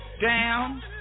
down